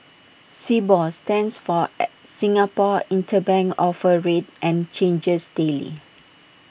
Sibor stands for Singapore interbank offer rate and changes daily